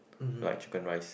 like Chicken Rice